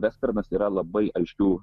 vesternas yra labai aiškių